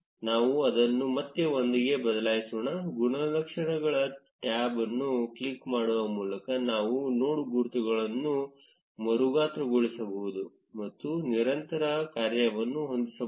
ನಾವು ಅದನ್ನು ಮತ್ತೆ 1 ಗೆ ಬದಲಾಯಿಸೋಣ ಗುಣಲಕ್ಷಣ ಟ್ಯಾಬ್ ಅನ್ನು ಕ್ಲಿಕ್ ಮಾಡುವ ಮೂಲಕ ನಾವು ನೋಡ್ ಗುರುತುಗಳನ್ನು ಮರುಗಾತ್ರಗೊಳಿಸಬಹುದು ಮತ್ತು ನಿರಂತರ ಕಾರ್ಯವನ್ನು ಹೊಂದಬಹುದು